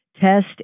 test